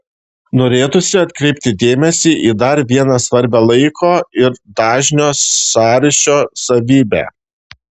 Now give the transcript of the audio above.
norėtųsi atkreipti dėmesį į dar vieną svarbią laiko ir dažnio sąryšio savybę